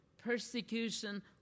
persecution